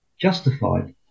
justified